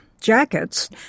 jackets